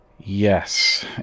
Yes